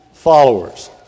Followers